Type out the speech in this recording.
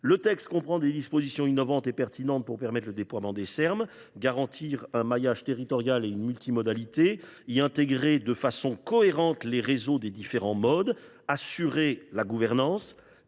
Le texte comprend des dispositions innovantes et pertinentes pour permettre le déploiement des Serm, garantir leur maillage territorial et la multimodalité, y intégrer de façon cohérente les réseaux des différents modes de transport et